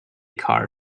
car